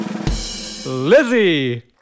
Lizzie